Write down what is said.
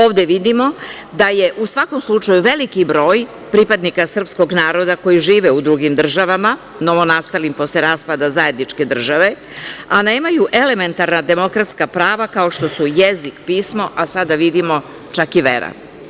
Ovde vidimo da je, u svakom slučaju, veliki broj pripadnika srpskog naroda koji žive u drugim državama, novonastalim posle raspada zajedničke države, a nemaju elementarna demokratska prava kao što su jezik, pismo, a sada vidimo čak i vera.